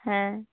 হ্যাঁ